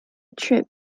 trip